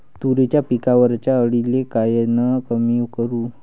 तुरीच्या पिकावरच्या अळीले कायनं कमी करू?